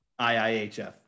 IIHF